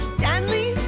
Stanley